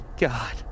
god